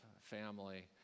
family